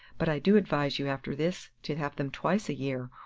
but i do advise you after this to have them twice a year,